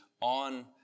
on